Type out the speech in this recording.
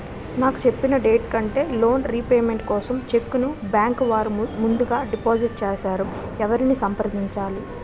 నాకు చెప్పిన డేట్ కంటే లోన్ రీపేమెంట్ కోసం చెక్ ను బ్యాంకు వారు ముందుగా డిపాజిట్ చేసారు ఎవరిని సంప్రదించాలి?